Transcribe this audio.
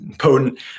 potent